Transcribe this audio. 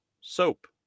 soap